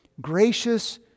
gracious